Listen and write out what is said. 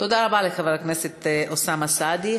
תודה רבה לחבר הכנסת אוסאמה סעדי.